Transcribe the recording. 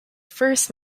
first